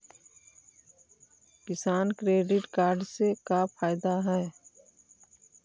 किसान credit card से का फायदा है?